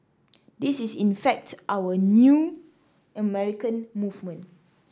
this is in fact our new American movement